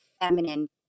feminine